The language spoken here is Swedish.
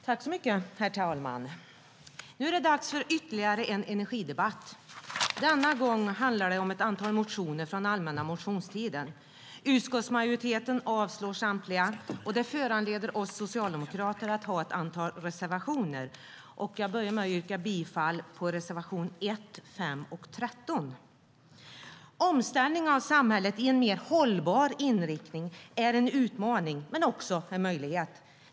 Herr talman! Nu är det dags för ytterligare en energidebatt. Denna gång handlar det om ett antal motioner från allmänna motionstiden. Utskottsmajoriteten avstyrker samtliga, och det föranleder oss socialdemokrater att ha ett antal reservationer. Jag börjar med att yrka bifall till reservationerna 1, 5 och 13. Omställning av samhället i en mer hållbar riktning är en utmaning men också en möjlighet.